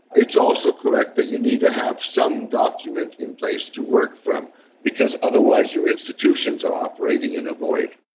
it is also correct that you need to have some document in place to work from because otherwise your institutions are operating in a void.